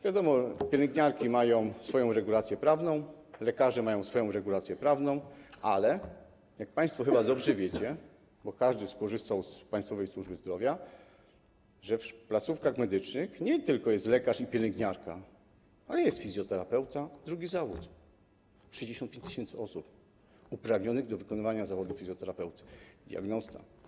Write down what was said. Wiadomo, pielęgniarki mają swoją regulację prawną, lekarze mają swoją regulację prawną, ale, jak państwo chyba dobrze wiecie, bo każdy korzystał z państwowej służby zdrowia, w placówkach medycznych nie tylko jest lekarz i pielęgniarka, jest fizjoterapeuta, drugi zawód - 65 tys. osób jest uprawnionych do wykonywania zawodu fizjoterapeuty - diagnosta.